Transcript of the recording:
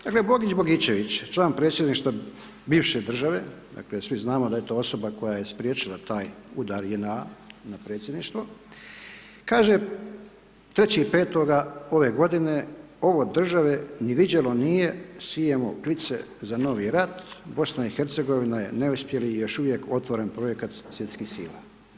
Dakle, Bogić Bogičević, član predsjedništva bivše države, svi znamo da je to osoba koja je spriječila taj udar JNA na predsjedništvo, kaže, 3.5. ove godine, ovo države ni viđelo nije, sijemo klice za novi rat, BiH je neuspjeli i još uvijek otvoren projekat svjetskih sila.